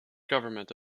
government